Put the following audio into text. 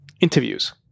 interviews